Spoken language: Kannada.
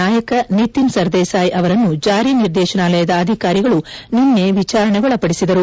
ನಾಯಕ ನಿತಿನ್ ಸರ್ದೇಸಾಯಿ ಅವರನ್ನು ಜಾರಿ ನಿರ್ದೇಶನಾಲಯದ ಅಧಿಕಾರಿಗಳು ನಿನ್ನೆ ವಿಚಾರಣೆಗೊಳಪಡಿಸಿದರು